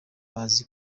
bazi